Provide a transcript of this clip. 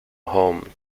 home